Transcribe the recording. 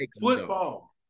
Football